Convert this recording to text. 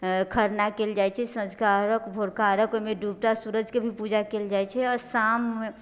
खरना कयल जाइत छै संझुका अरघ भोरका अरघ ओहिमे डूबता सूरजके भी पूजा कैल जाइत छै आ शाम